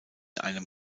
einem